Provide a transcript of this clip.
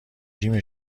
جیم